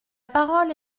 parole